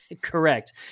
Correct